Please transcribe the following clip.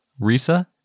Risa